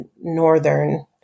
northern